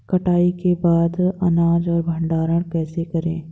कटाई के बाद अनाज का भंडारण कैसे करें?